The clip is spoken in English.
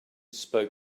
spoke